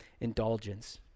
indulgence